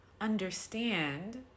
understand